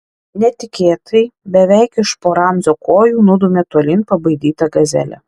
netikėtai beveik iš po ramzio kojų nudūmė tolyn pabaidyta gazelė